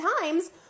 times